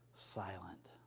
silent